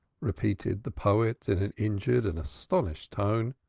repeated the poet in an injured and astonished tone.